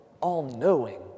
all-knowing